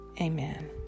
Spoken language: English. Amen